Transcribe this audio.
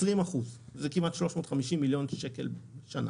זה כמעט 350 מיליון שקל בשנה.